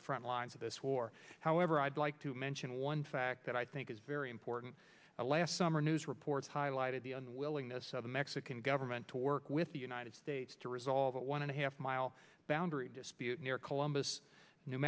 the front lines of this war however i'd like to mention one fact that i think is very important last summer news reports highlighted the unwillingness of the mexican government to work with the united states to resolve that one and a half mile boundary dispute near columbus new